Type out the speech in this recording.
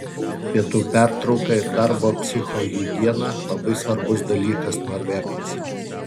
pietų pertrauka ir darbo psichohigiena labai svarbus dalykas norvegams